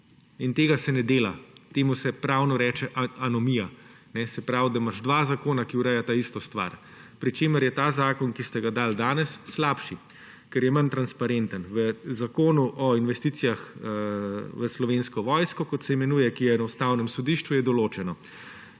In tega se ne dela. Temu se pravno reče anomija. Se pravi, da imaš dva zakona, ki urejata isto stvar, pri čemer je ta zakon, ki ste ga dali danes, slabši, ker je manj transparenten. V Zakonu o investicijah v Slovensko vojsko, ki je na Ustavnem sodišču, je določeno,